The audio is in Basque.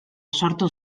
sortu